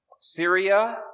Syria